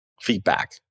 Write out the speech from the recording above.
feedback